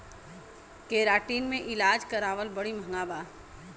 keratin से इलाज करावल बड़ी महँगा बा